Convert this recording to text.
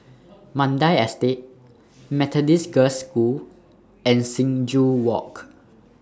Mandai Estate Methodist Girls' School and Sing Joo Walk